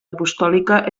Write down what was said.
apostòlica